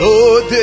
Lord